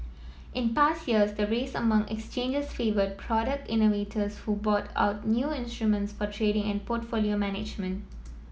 in past years the race among exchanges favoured product innovators who brought out new instruments for trading and portfolio management